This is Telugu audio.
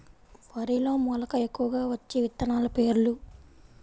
వరిలో మెలక ఎక్కువగా వచ్చే విత్తనాలు పేర్లు?